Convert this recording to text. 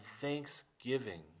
thanksgiving